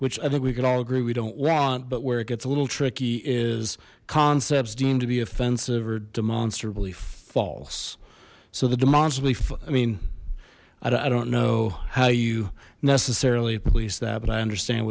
which i think we could all agree we don't want but where it gets a little tricky is concepts deemed to be offensive or demonstrably false so the demonstrable i mean i don't know how you necessarily police that but i understand